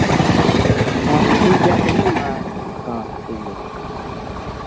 ᱦᱮᱸ ᱴᱷᱤᱠ ᱜᱮᱭᱟ ᱛᱟᱦᱚᱞᱮ ᱢᱟ ᱦᱚᱸ ᱴᱷᱤᱠ ᱜᱮᱭᱟ